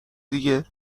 دیگه